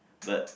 but